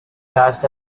cast